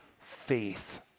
faith